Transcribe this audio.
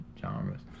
genres